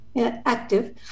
active